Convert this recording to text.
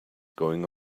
going